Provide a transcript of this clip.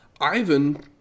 Ivan